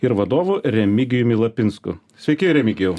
ir vadovu remigijumi lapinsku sveiki remigijau